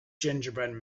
gingerbread